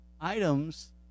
items